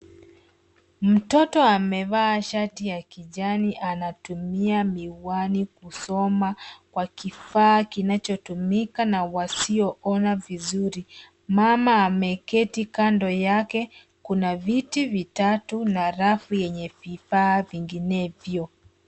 Mtoto amevaa shati ya kijani anatumia miwani kusoma kwa kifaa kinachotumika na wasioona vizuri. Mama ameketi kando yake. Kuna viti vitatu na rafu yenye vifaa vinginevyo.